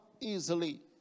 easily